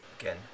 Again